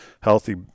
healthy